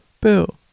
Bill